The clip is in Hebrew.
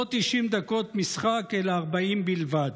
לא 90 דקות משחק, אלא 40 בלבד,